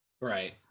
Right